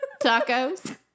tacos